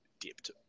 dipped